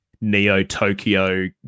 Neo-Tokyo